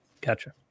Gotcha